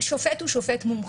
שופט הוא שופט מומחה,